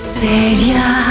savior